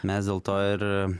mes dėl to ir